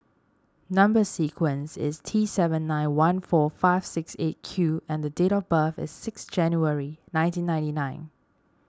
Number Sequence is T seven nine one four five six eight Q and date of birth is six January nineteen ninety nine